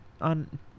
on